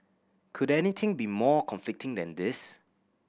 could anything be more conflicting than this